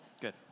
good